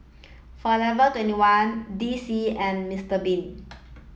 Forever Twenty one D C and Mister Bean